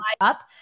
up